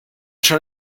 schon